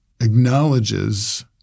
acknowledges